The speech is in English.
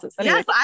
Yes